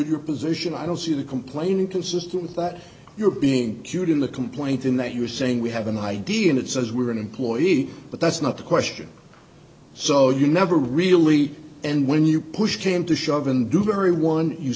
your position i don't see the complaining consistent but you're being cute in the complaint in that you're saying we have an idea that says we are an employee but that's not the question so you never really and when you push came to shove and do very one you